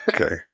Okay